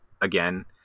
again